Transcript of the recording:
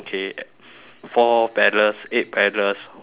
four paddlers eight paddlers one K